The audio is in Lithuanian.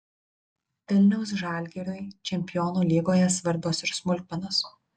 vilniaus žalgiriui čempionų lygoje svarbios ir smulkmenos